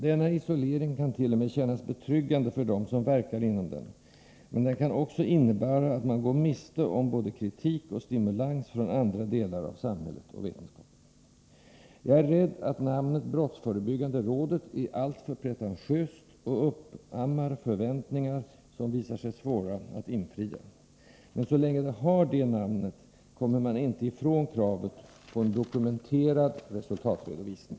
Denna isolering kan t.o.m. kännas betryggande för dem som verkar inom den, men den kan också innebära att man går miste om både kritik och stimulans från andra delar av samhället och vetenskapen. Jag är rädd att namnet brottsförebyggande rådet är alltför pretentiöst och uppammar förväntningar, som visar sig svåra att infria. Men så länge rådet har det namnet kommer man inte ifrån kravet på en dokumenterad resultatredovisning.